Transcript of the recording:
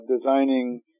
designing